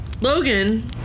Logan